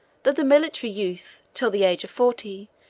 that the military youth, till the age of forty,